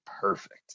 perfect